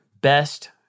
best